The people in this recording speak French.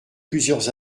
plusieurs